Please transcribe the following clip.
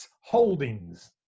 Holdings